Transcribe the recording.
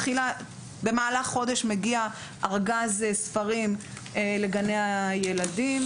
במהלך החודש מגיע ארגז ספרים לגני הילדים,